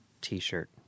t-shirt